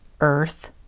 earth